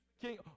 king